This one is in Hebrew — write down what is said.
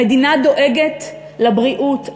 המדינה דואגת לבריאות,